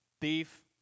thief